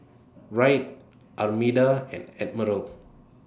Wright Armida and Admiral